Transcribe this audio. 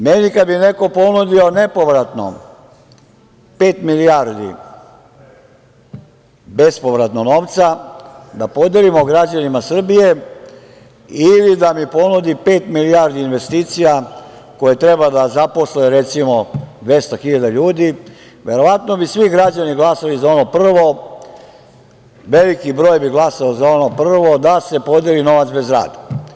Meni kada bi neko ponudio nepovratno pet milijardi bespovratno novca da podelimo građanima Srbije ili da mi ponudi pet milijardi investicija koje treba da zaposle, recimo, dvesta hiljada ljudi, verovatno bi svi građani glasali za ono prvo, odnosno veliki broj bi glasali za ono prvo da se podeli novac bez rada.